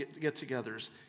get-togethers